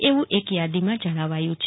એવુ એક યાદીમાં જણાવાયુ છે